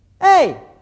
hey